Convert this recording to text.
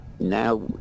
Now